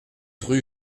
rue